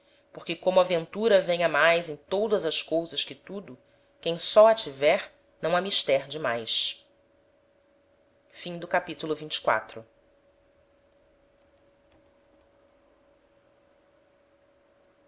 porque como a ventura venha mais em todas as cousas que tudo quem só a tiver não ha mister de mais capitulo